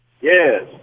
Yes